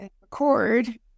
record